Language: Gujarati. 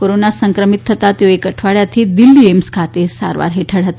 કોરોના સંક્રમિત થતાં તેઓ એક અઠવાડીયાથી દિલ્હી એઇમ્સ ખાતે સારવાર હેઠળ હતા